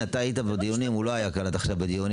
כן אתה היית בדיונים הוא לא היה כאן עד עכשיו בדיונים.